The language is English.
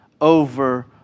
over